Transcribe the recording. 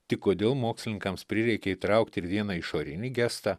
tik kodėl mokslininkams prireikė įtraukti vieną išorinį gestą